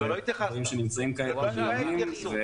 זה דברים שנמצאים כעת בדיונים --- לא התייחסת.